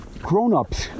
grown-ups